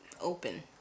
open